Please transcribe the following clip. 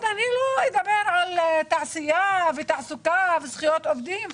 אני לא אדבר על תעשייה, תעסוקה וזכויות עובדים.